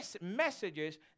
messages